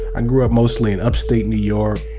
and grew up mostly in upstate new york,